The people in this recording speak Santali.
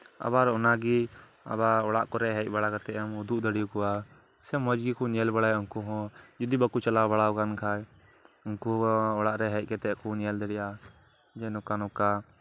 ᱟᱵᱟᱨ ᱚᱱᱟᱜᱮ ᱟᱵᱟᱨ ᱚᱲᱟᱜ ᱠᱚᱚᱨᱮ ᱦᱮᱡ ᱵᱟᱲᱟ ᱠᱟᱛᱮᱫ ᱮᱢ ᱩᱫᱩᱜ ᱫᱟᱲᱮᱭᱟᱠᱚᱣᱟ ᱥᱮ ᱢᱚᱪᱜᱮᱠᱚ ᱧᱮᱞᱵᱟᱲᱟᱭᱟ ᱩᱱᱠᱩ ᱦᱚᱸ ᱡᱩᱫᱤ ᱵᱟᱠᱚ ᱪᱟᱞᱟᱣ ᱵᱟᱲᱟ ᱟᱠᱟᱱ ᱠᱷᱟᱱ ᱩᱱᱠᱩ ᱦᱚᱸ ᱚᱲᱟᱜ ᱨᱮ ᱦᱮᱡ ᱠᱟᱛᱮᱫ ᱠᱚ ᱧᱮᱞ ᱫᱟᱲᱮᱜᱼᱟ ᱡᱮ ᱱᱚᱝᱠᱟ ᱱᱚᱝᱠᱟ